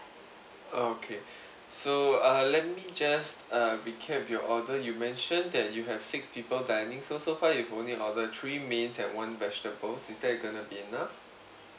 okay so uh let me just uh recap your order you mentioned that you have six people dining so so far you've only order three mains and one vegetables is that going to be enough